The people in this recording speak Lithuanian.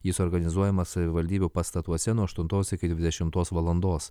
jis organizuojamas savivaldybių pastatuose nuo aštuntos iki dvidešimtos valandos